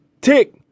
Tick